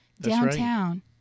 downtown